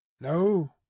No